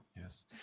Yes